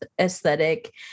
aesthetic